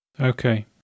Okay